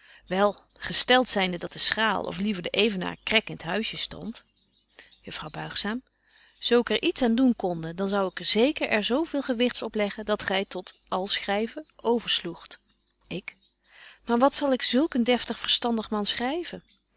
wel gestelt zynde dat de schaal of liever de evenaar krek in t huisje stondt juffrouw buigzaam zo ik er iets aan doen konde dan zou ik zeker er zo veel gewigts opleggen dat gy tot al schryven oversloegt ik maar wat zal ik zulk een deftig verstandig man schryven